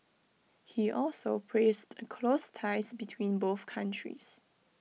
he also praised the close ties between both countries